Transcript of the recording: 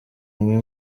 umwe